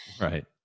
right